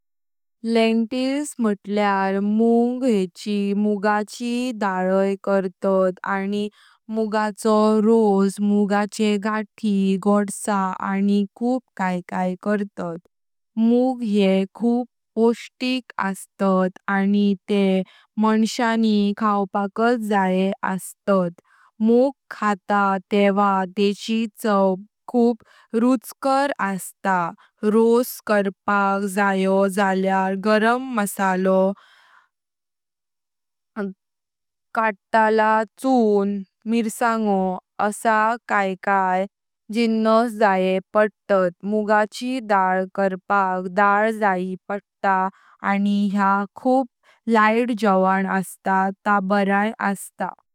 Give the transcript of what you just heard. लेण्टिल्स मटल्यार मूंग येची मुगाची डालय करतात आणि मुगाचो रस, गोडसां आणि खूप काए काए। मूंग येह खूप पोष्टीक असतातानी ते माणसयानी खाऊपाक जातें आहेत। मुग खातां तेवा तेंची चव खूप रुचकर असतात। रस करपाक जयो झाल्यार गरम मसालो, कातलां चुन, मिरसंगो आसा काए काए जिन्नस जाये पडतात। मुगाची दाळ करपाक दाळ जायी पडता आणि या खूप लाईट जेवंण असता ता बरोबर असता।